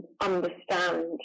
understand